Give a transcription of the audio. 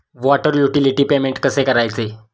Water utility payment कसे करायचे?